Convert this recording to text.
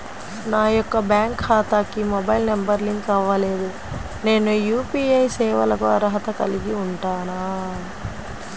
నా యొక్క బ్యాంక్ ఖాతాకి మొబైల్ నంబర్ లింక్ అవ్వలేదు నేను యూ.పీ.ఐ సేవలకు అర్హత కలిగి ఉంటానా?